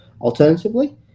Alternatively